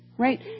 Right